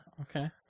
okay